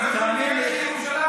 הם לא יכולים, לירושלים.